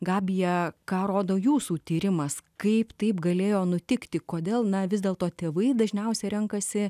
gabija ką rodo jūsų tyrimas kaip taip galėjo nutikti kodėl na vis dėlto tėvai dažniausia renkasi